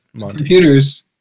Computers